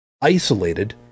isolated